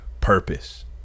purpose